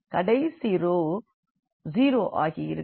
கடைசி ரோ 0 ஆகியிருக்கும்